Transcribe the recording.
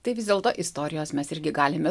tai vis dėlto istorijos mes irgi galime